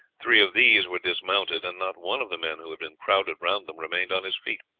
three of these were dismounted, and not one of the men who had been crowded round them remained on his feet.